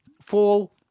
fall